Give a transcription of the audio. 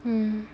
mm